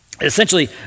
essentially